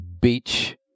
beach